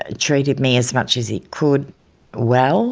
ah treated me as much as he could well